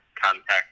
contact